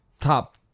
top